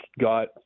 got